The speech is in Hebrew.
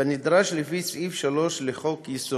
כנדרש לפי סעיף 3 לחוק-יסוד: